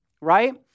right